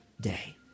day